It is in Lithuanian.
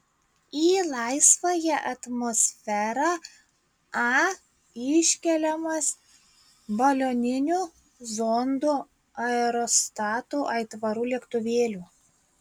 į laisvąją atmosferą a iškeliamas balioninių zondų aerostatų aitvarų lėktuvėlių